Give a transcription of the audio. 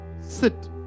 sit